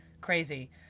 crazy